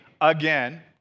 again